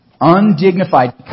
undignified